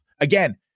Again